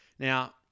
Now